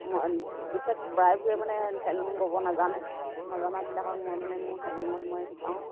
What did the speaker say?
মই বিশেষ প্ৰায়বোৰে মানে হেনল'ম বব নাজানে নজানাবিলাকক মই মানে মোৰ হেনল'মত মই শিকাওঁ